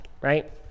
right